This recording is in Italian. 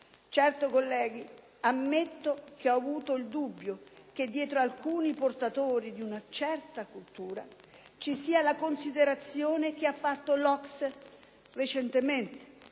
Certo, colleghi, ammetto che ho avuto il dubbio che dietro alcuni portatori di una certa cultura ci sia la considerazione che ha fatto l'OCSE recentemente: